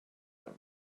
them